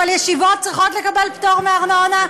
אבל ישיבות צריכות לקבל פטור מארנונה?